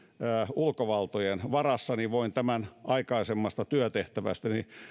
ulkovaltojen varassa niin voin tämän aikaisemmasta työtehtävästäni